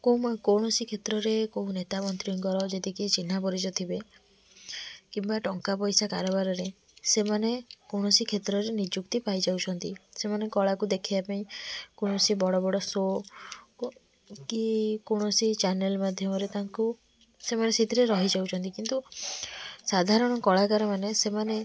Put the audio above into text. କୌଣସି କ୍ଷେତ୍ରରେ କେଉଁ ନେତା ମନ୍ତ୍ରୀଙ୍କର ଯଦି କେହି ଚିହ୍ନା ପରିଚୟ ଥିବେ କିମ୍ବା ଟଙ୍କା ପଇସା କାରବାରରେ ସେମାନେ କୌଣସି କ୍ଷେତ୍ରରେ ନିଯୁକ୍ତି ପାଇଯାଉଛନ୍ତି ସେମାନେ କଳାକୁ ଦେଖିବା ପାଇଁ କୌଣସି ବଡ଼ ବଡ଼ ଶୋକୁ କି କୌଣସି ଚ୍ୟାନେଲ୍ ମାଧ୍ୟମରେ ତାଙ୍କୁ ସେମାନେ ସେଇଥିରେ ରହିଯାଉଛନ୍ତି କିନ୍ତୁ ସାଧାରଣ କଳାକାରମାନେ ସେମାନେ